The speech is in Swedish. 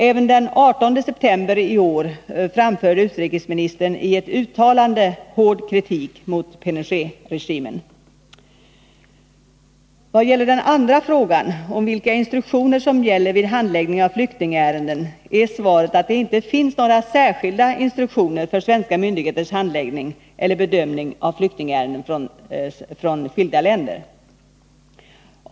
Även den 18 september i år framförde utrikesministern i ett uttalande hård kritik mot Pinochetregimen. en av flykting Vad gäller den andra frågan, om vilka instruktioner som gäller vid ärenden handläggningen av flyktingärenden, är svaret att det inte finns några särskilda instruktioner för svenska myndigheters handläggning eller bedömning av flyktingärenden från skilda länder.